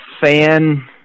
fan